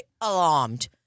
Alarmed